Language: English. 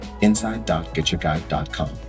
inside.getyourguide.com